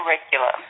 Curriculum